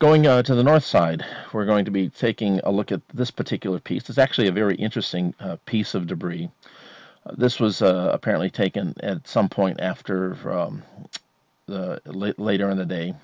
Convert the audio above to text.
going out to the north side we're going to be taking a look at this particular piece is actually a very interesting piece of debris this was apparently taken some point after from late later in the day